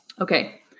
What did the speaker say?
Okay